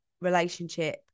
relationship